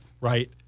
Right